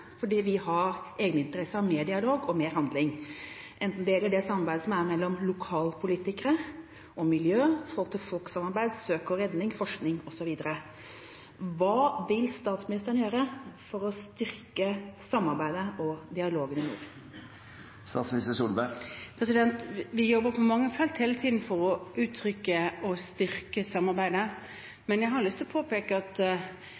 vi har egeninteresse av mer dialog og mer handling, enten det gjelder det samarbeidet som er mellom lokalpolitikere, om miljø, folk-til-folk-samarbeid, eller om søk og redning, forskning osv. Hva vil statsministeren gjøre for å styrke samarbeidet og dialogen i nord? Vi jobber hele tiden på mange felt for å utvikle og styrke samarbeidet, men jeg har lyst til å påpeke at